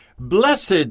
Blessed